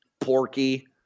Porky